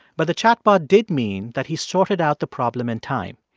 but the chatbot did mean that he sorted out the problem in time.